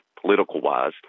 political-wise